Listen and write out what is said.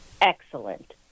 Excellent